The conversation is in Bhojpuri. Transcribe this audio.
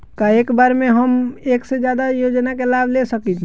का एक बार में हम एक से ज्यादा योजना का लाभ ले सकेनी?